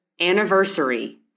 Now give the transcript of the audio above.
anniversary